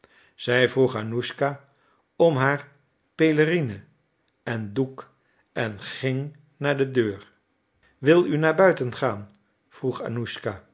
zij vroeg annuschka om haar pelerine en doek en ging naar de deur wil u naar buiten gaan vroeg